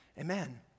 Amen